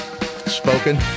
Spoken